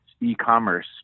e-commerce